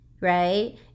right